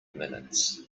minutes